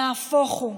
נהפוך הוא,